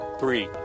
three